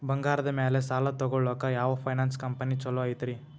ಬಂಗಾರದ ಮ್ಯಾಲೆ ಸಾಲ ತಗೊಳಾಕ ಯಾವ್ ಫೈನಾನ್ಸ್ ಕಂಪನಿ ಛೊಲೊ ಐತ್ರಿ?